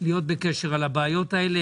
להיות בקשר על הבעיות האלה,